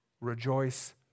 rejoice